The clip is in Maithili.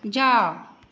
जाउ